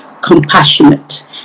compassionate